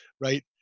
right